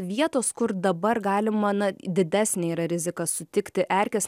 vietos kur dabar galima na didesnė yra rizika sutikti erkes